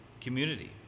community